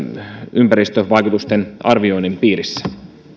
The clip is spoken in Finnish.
ympäristövaikutusten arvioinnin piirissä